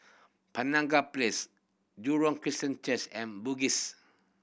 Penaga Place Jurong Christian Church and Bugis